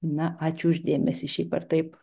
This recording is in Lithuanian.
na ačiū už dėmesį šiaip ar taip